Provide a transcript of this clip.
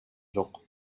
жок